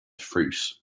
fruit